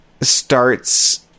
starts